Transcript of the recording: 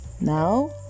now